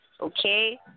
okay